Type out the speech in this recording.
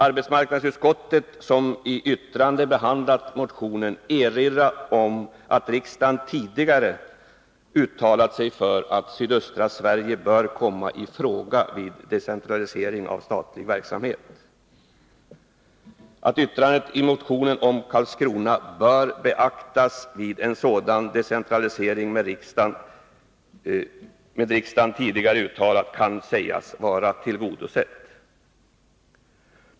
Arbetsmarknadsutskottet, som i yttrande behandlat motionen, erinrar om att riksdagen tidigare uttalat sig för att sydöstra Sverige bör komma i fråga vid decentralisering av statlig verksamhet och att yrkandet i motionen om att Karlskrona bör beaktas vid en sådan decentralisering kan sägas vara tillgodosett med riksdagens tidigare uttalande.